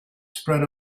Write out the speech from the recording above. spread